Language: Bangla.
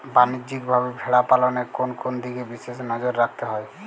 বাণিজ্যিকভাবে ভেড়া পালনে কোন কোন দিকে বিশেষ নজর রাখতে হয়?